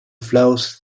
flows